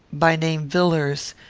by name villars,